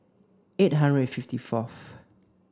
eight hundred fifty fourth